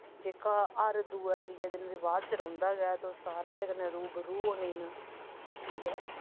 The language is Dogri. जेह्का हर दुऐ त्रीए दिन विवाद च रौंह्दा गै तुस सारे ओह्दे कन्नै रू बरू होने न ठीक ऐ